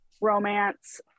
romance